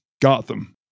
Gotham